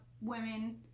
women